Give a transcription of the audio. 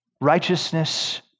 Righteousness